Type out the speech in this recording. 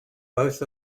both